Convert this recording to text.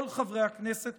כל חברי הכנסת,